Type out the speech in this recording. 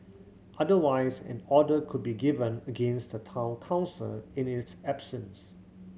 otherwise an order could be given against the Town Council in its absence